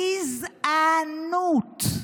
גזענות.